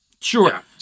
sure